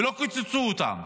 ולא קיצצו אותם.